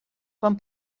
quan